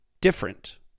different